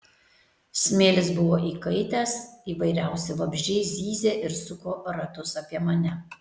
smėlis buvo įkaitęs įvairiausi vabzdžiai zyzė ir suko ratus apie mane